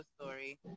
story